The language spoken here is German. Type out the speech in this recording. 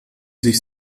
sich